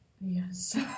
Yes